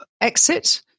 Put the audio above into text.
exit